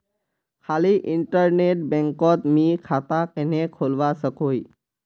खाली इन्टरनेट बैंकोत मी खाता कन्हे खोलवा सकोही?